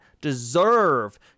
deserve